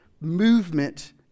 movement